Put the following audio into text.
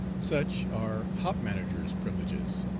such are hop managers' privileges.